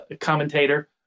commentator